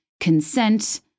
consent